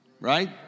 right